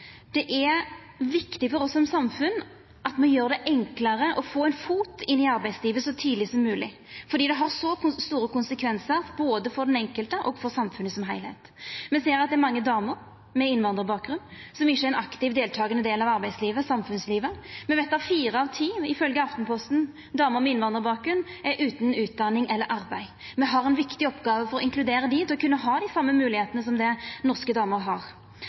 Det er viktig for oss som samfunn at me gjer det enklare å få ein fot inn i arbeidslivet så tidleg som mogleg, for det har så store konsekvensar både for den enkelte og for samfunnet som heilskap. Me ser at det er mange damer med innvandrarbakgrunn som ikkje er ein aktivt deltakande del av arbeidslivet, av samfunnslivet. Me veit at fire av ti damer med innvandrarbakgrunn, ifølgje Aftenposten, er utan utdanning eller arbeid. Me har ei viktig oppgåve i å inkludera dei til å kunna ha dei same moglegheitene som det norske damer har.